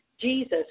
Jesus